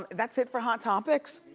that's it for hot topics.